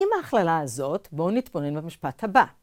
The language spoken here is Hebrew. עם ההכללה הזאת, בואו נתבונן במשפט הבא.